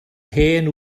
hen